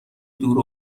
دور